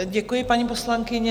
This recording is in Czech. Děkuji, paní poslankyně.